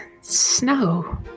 snow